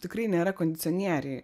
tikrai nėra kondicionieriai